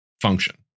function